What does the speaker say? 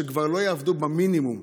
שכבר לא יעבדו במינימום,